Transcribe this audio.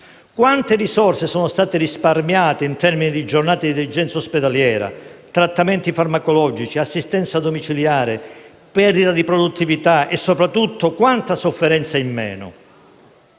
Quante risorse sono state risparmiate, in termini di giornate di degenza ospedaliera, trattamenti farmacologici, assistenza domiciliare, perdita di produttività e, soprattutto, quanta sofferenza in meno?